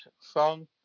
song